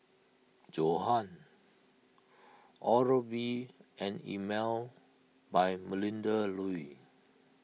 Johan Oral B and Emel by Melinda Looi